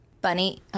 Bunny